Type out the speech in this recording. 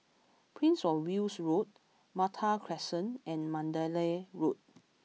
Prince of Wales Road Malta Crescent and Mandalay Road